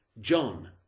John